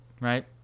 right